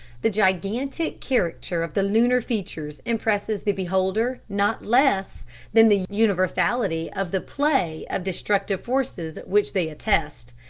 the gigantic character of the lunar features impresses the beholder not less than the universality of the play of destructive forces which they attest.